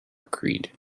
creed